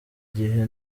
gihe